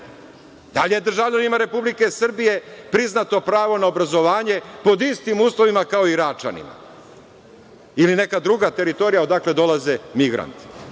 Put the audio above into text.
Da li je državljanima Republike Srbije priznato pravo na obrazovanje pod istim uslovima kao Iračanima ili neka druga teritorija odakle dolaze migranti?